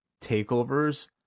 takeovers